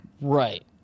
Right